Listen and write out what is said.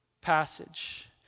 passage